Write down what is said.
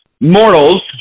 mortals